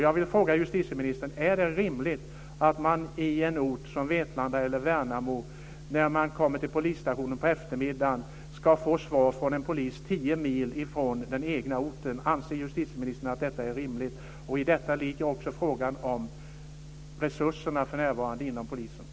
Jag vill fråga justitieministern: Är det rimligt att man på en ort som Vetlanda eller Värnamo, när man kommer till polisstationen på eftermiddagen, ska få svar från en polis tio mil från den egna orten? Anser justitieministern att detta är rimligt? I detta ligger också frågan om de resurser som för närvarande finns inom polisen.